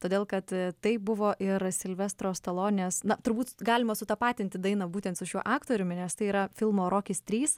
todėl kad tai buvo ir silvestro stalonės na turbūt galima sutapatinti dainą būtent su šiuo aktoriumi nes tai yra filmo rokis trys